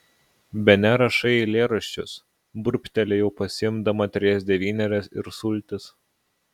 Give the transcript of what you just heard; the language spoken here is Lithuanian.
bene rašai eilėraščius burbtelėjau pasiimdama trejas devynerias ir sultis